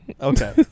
Okay